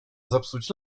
zepsuć